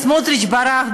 סמוטריץ ברח,